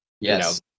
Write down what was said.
Yes